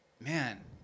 man